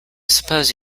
suppose